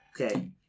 Okay